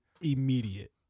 immediate